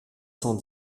cent